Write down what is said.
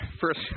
First